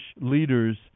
leaders